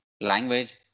language